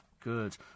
good